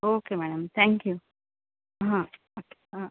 okay madam thank you हा हा